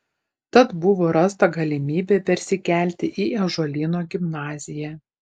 tad buvo rasta galimybė persikelti į ąžuolyno gimnaziją